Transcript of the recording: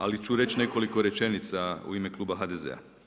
Ali ću reći nekoliko rečenica u ime kluba HDZ-a.